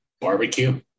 Barbecue